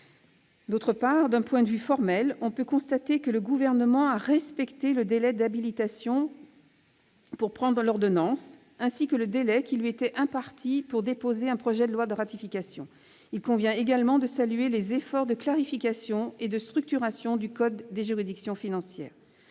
De plus, d'un point de vue formel, on peut constater que le Gouvernement a respecté le délai de l'habilitation pour prendre l'ordonnance, ainsi que le délai qui lui était imparti pour déposer un projet de loi de ratification. Il convient également de saluer les efforts de clarification et de structuration du code des juridictions financières.